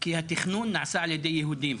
כי התכנון נעשה על ידי יהודים,